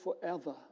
forever